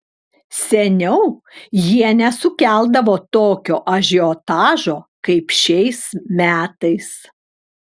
seniau jie nesukeldavo tokio ažiotažo kaip šiais metais